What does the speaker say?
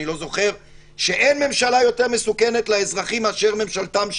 שאין ממשלה יותר מסוכנת לאזרחים מאשר ממשלתם שלהם.